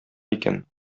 икән